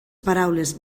paraules